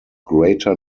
greater